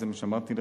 זה מה שאמרתי לך,